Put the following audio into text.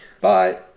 Bye